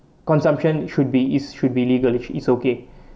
consumption should be it's should be legal it's it's okay